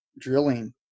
drilling